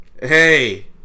Hey